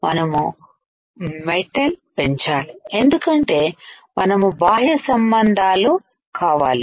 మనము మెటల్ పెంచాలి ఎందుకంటే మనము బాహ్య సంబంధాల కావాలి